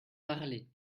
parlé